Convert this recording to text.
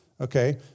okay